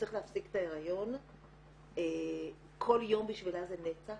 שצריך להפסיק את ההיריון כל יום בשבילה זה נצח,